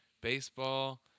Baseball